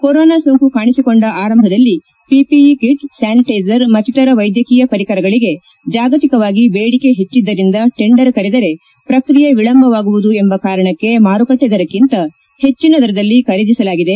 corona ಸೋಂಕು ಕಾಣಿಸಿಕೊಂದ ಆರಂಭದಲ್ಲಿ ಪಿಪಿಇ ಕಿಟ್ ಸ್ಯಾನಿಟೈಸರ್ ಮತ್ತಿತರ ವೈದ್ಯಕೀಯ ಪರಿಕರಗಳಿಗೆ ಜಾಗತಿಕವಾಗಿ ಬೇಡಿಕೆ ಹೆಚ್ಚಿದ್ದರಿಂದ ಟೆಂಡರ್ ಕರೆದರೆ ಪ್ರಕ್ರಿಯೆ ವಿಳಂಬವಾಗುವುದು ಎಂಬ ಕಾರಣಕ್ಕೆ ಮಾರುಕಟ್ಟೆ ದರಕ್ಕಿಂತ ಹೆಚ್ಚಿನ ದರದಲ್ಲಿ ಖರೀದಿಸಲಾಗಿದೆ